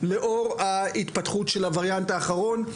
לאור ההתפתחות של הווריאנט האחרון,